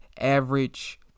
average